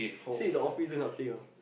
sit in the office this type of thing ah